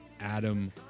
Adam